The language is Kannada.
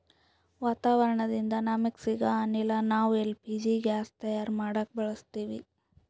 ವಾತಾವರಣದಿಂದ ನಮಗ ಸಿಗೊ ಅನಿಲ ನಾವ್ ಎಲ್ ಪಿ ಜಿ ಗ್ಯಾಸ್ ತಯಾರ್ ಮಾಡಕ್ ಬಳಸತ್ತೀವಿ